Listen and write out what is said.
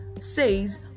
says